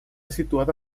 situada